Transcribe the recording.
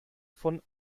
von